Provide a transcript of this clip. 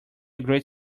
great